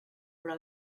però